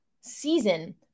season